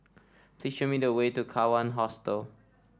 please show me the way to Kawan Hostel